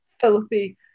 filthy